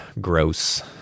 gross